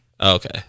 Okay